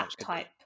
type